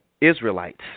Israelites